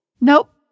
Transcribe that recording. Nope